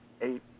eight